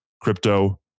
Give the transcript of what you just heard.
Crypto